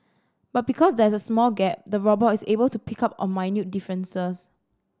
but because there is a small gap the robot is able to pick up on minute differences